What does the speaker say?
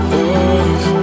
love